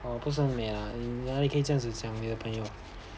啊不是很美啊原来可以这样子讲你的朋友